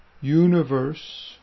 universe